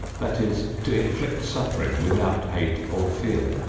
that is, to inflict suffering without hate or fear.